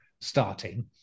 starting